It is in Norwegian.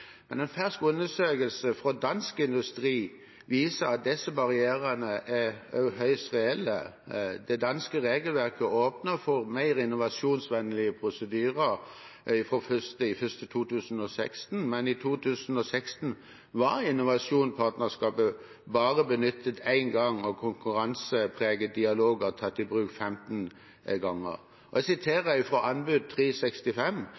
men en fersk undersøkelse fra Dansk Industri viser at disse barrierene er høyst reelle. Det danske regelverket åpnet for mer innovasjonsvennlige prosedyrer fra 1. januar 2016, men i 2016 var innovasjonspartnerskap bare benyttet én gang og konkurransepregede dialoger tatt i bruk 15 ganger. Jeg